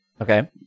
Okay